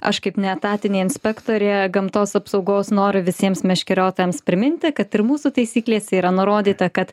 aš kaip neetatinė inspektorė gamtos apsaugos noriu visiems meškeriotojams priminti kad ir mūsų taisyklėse yra nurodyta kad